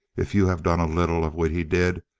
if you have done a little of what he did,